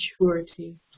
maturity